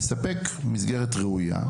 לספק מסגרת ראויה.